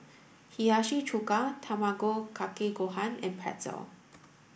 Hiyashi Chuka Tamago Kake Gohan and Pretzel